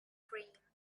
cream